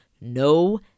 no